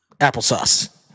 Applesauce